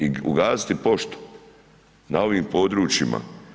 I ugasiti poštu na ovim područjima.